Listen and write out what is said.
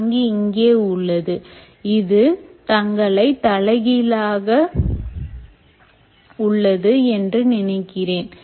தாங்கி இங்கே உள்ளது இது தங்களை தலைகீழாக உள்ளது என்று நினைக்கிறேன்